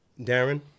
Darren